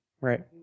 right